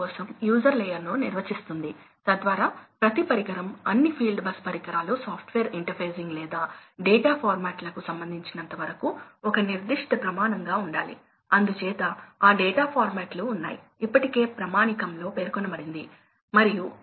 ఇప్పుడు ఇక్కడ చర్చించే ముందు ఫ్యాన్ లాస్ అని పిలవబడే వాటిని మనం అర్థం చేసుకోవాలి కాబట్టి ఫ్యాన్ లాస్ ఏమిటి ఫ్యాన్ లాస్ ఏమి చెబుతున్నాయంటే